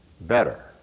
better